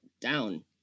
down